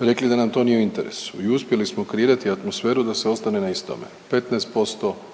rekli da nam to nije u interesu i uspjeli smo kreirati atmosferu da se ostane na istome 15%